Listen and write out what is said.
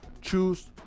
choose